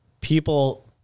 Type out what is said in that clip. people